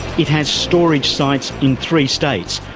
it has storage sites in three states,